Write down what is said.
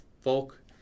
folk